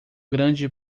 grande